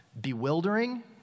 bewildering